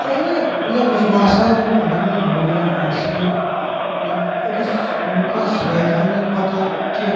کیٛازِ مطلب مےٚ چھُ باسان اگر نہٕ میٖڈیا آسہِ مطلب أکِس مُلکس واتہِ ہا نہٕ پتہ کینٛہہ